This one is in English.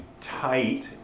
tight